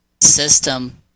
system